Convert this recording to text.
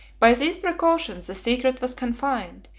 by these precautions, the secret was confined,